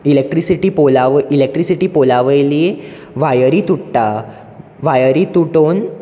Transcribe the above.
electricity पॉला वय electricity पॉला वयली व्हायरी तुट्टा व्हायरी तुटून